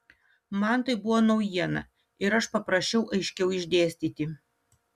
man tai buvo naujiena ir aš paprašiau aiškiau išdėstyti